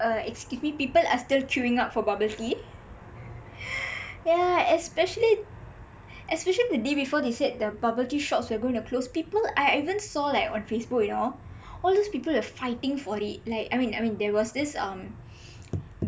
uh people are still queueing up for bubble tea yah especially especially the day before they said the bubble tea shops are going to be closed people I even saw like on facebook you know all those people were fighting for it like I mean I mean there was this um